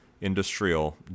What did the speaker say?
Industrial